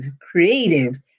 creative